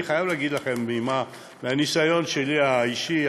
אני חייב להגיד לכם מהניסיון האישי שלי,